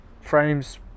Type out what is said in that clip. frames